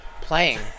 playing